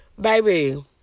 baby